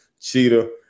Cheetah